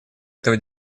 этого